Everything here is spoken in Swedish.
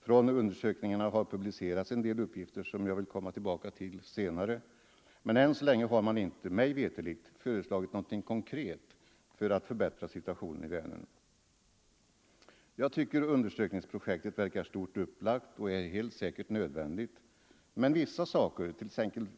Från undersökningarna har publicerats en del uppgifter, som jag vill komma tillbaka till senare, men än så länge har man inte mig veterligt föreslagit någonting konkret för att förbättra situationen i Vänern. Jag tycker undersökningsprojektetet verkar stort upplagt, och det är helt säkert nödvändigt, men vissa saker